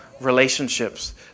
relationships